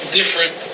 different